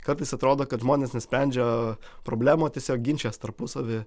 kartais atrodo kad žmonės nesprendžia problemų o tiesiog ginčijas tarpusavy